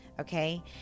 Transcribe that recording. Okay